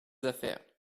affaires